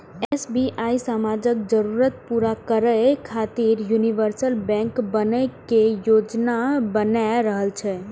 SBI समाजक जरूरत पूरा करै खातिर यूनिवर्सल बैंक बनै के योजना बना रहल छै